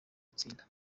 gutsinda